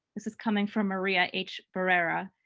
this is coming from maria h barrera.